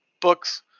books